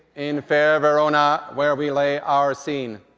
in fair verona, where we lay our scene.